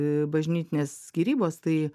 bažnytinės skyrybos tai